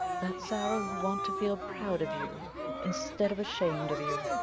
that sarah will want to feel proud of you instead of ashamed of you.